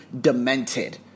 demented